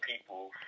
people